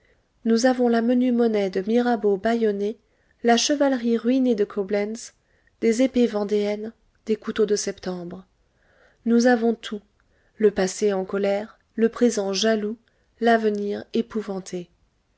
nous avons la menue monnaie de mirabeau bâillonné la chevalerie ruinée de coblentz des épées vendéennes des couteaux de septembre nous avons tout le passé en colère le présent jaloux l'avenir épouvanté